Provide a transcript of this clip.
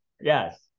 Yes